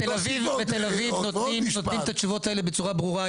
בתל אביב נותנים את התשובות האלה בצורה ברורה.